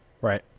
right